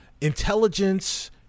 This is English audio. intelligence